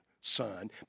son